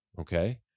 okay